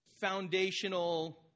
foundational